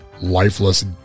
lifeless